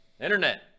Internet